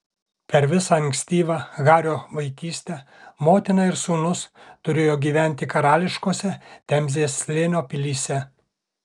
per visą ankstyvą hario vaikystę motina ir sūnus turėjo gyventi karališkose temzės slėnio pilyse